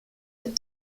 with